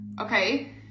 okay